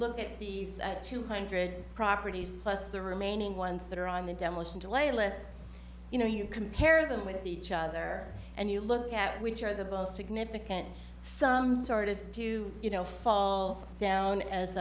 look at these two hundred properties plus the remaining ones that are on the demolition delay list you know you compare them with each other and you look at which are the most significant some started to you know fall down as